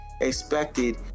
expected